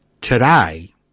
Today